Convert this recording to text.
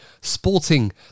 sporting